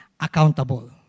accountable